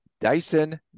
Dyson